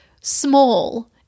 small